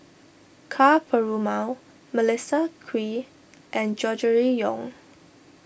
Ka Perumal Melissa Kwee and Gregory Yong